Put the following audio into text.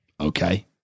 Okay